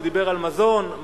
הוא דיבר על מזון, מעון,